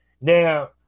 Now